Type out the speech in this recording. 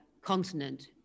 continent